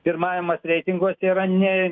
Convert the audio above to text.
pirmavimas reitinguose yra ne